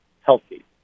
healthy